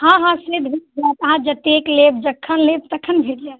हँ हँ से भेट जायत अहाँ जतेक लेब जखन लेब तखन भेट जायत